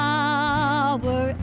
Power